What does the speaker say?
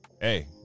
Hey